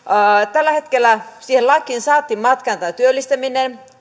tällä hetkellä siihen lakiin saatiin matkaan tämä työllistäminen